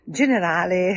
generale